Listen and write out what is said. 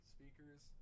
Speakers